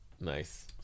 Nice